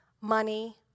Money